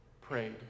prayed